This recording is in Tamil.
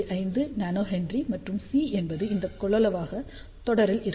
5 nH மற்றும் C என்பது இந்த கொள்ளளவாக தொடரில் இருக்கும்